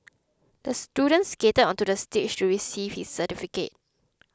the student skated onto the stage to receive his certificate